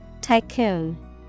Tycoon